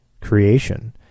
creation